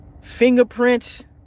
fingerprints